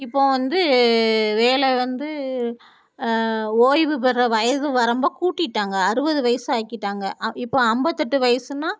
இப்போது வந்து வேலை வந்து ஓய்வு பெற்ற வயதுவரம்பை கூட்டிகிட்டாங்க அறுபது வயதாக்கிட்டாங்க அ இப்போது ஐம்பத்தெட்டு வயசுன்னால்